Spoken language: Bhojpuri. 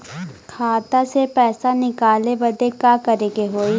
खाता से पैसा निकाले बदे का करे के होई?